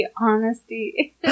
honesty